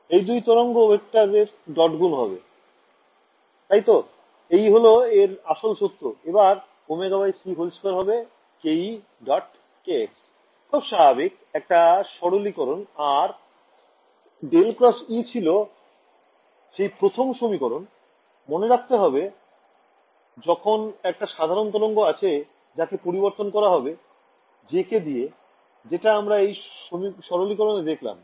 এই দুই তরঙ্গ ভেক্টরের ডট গুণ হবে তাইতো এই হল এর আসল সত্য এবার ωc2 হবে ke · kh খুব স্বাভাবিক একটা সরলীকরণ আর ∇× E ছিল সেই প্রথম সমীকরণ মনে রাখতে হবে যখন একটা সাধারণ তরঙ্গ আছে যাকে পরিবর্তন করা হবে jk দিয়ে যেটা আমরা এই সরলীকরণে দেখলাম